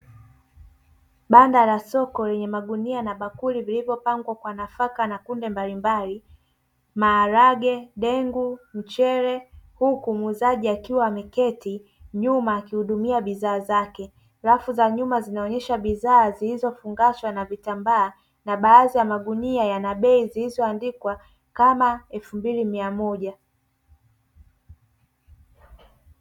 Banda la soko lenye magunia na bakuli vilivopangwa kwa nafaka na kunde mbalimbali, maarage, dengu, mchele huku muzaji akiwa ameketi nyuma akihudumia bidhaa zake. Rafu za nyuma zinaonesha bidhaa zilizofungushwa na vitambaa na baadhi ya magunia yana bei zilizoandikwa kama elfu mbili na mia moja.